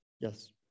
Yes